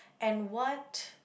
and what